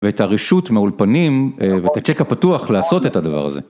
ואת הרשות מהאולפנים ואת הצ'ק הפתוח לעשות את הדבר הזה.